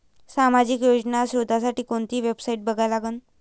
सामाजिक योजना शोधासाठी कोंती वेबसाईट बघा लागन?